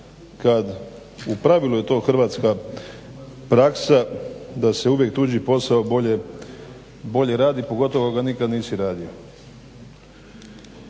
kad, u pravilu je to hrvatska praksa da se uvijek tuđi posao bolje radi, pogotovo ako ga nikad nisi radio.